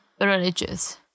religious